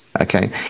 Okay